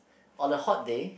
on a hot day